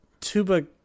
tuba